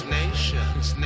nations